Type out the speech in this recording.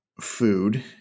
food